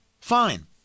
fine